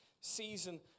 season